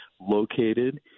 located